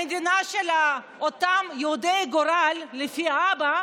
המדינה של אותם יהודי גורל לפי אבא